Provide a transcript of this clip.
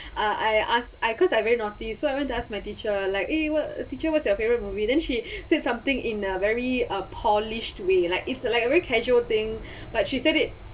uh I ask I cause I very naughty so I went to ask my teacher like eh what teacher what's your favorite movie then she said something in a very a polished way like it's like every casual thing but she said it